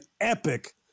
epic